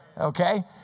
okay